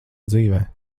dzīvē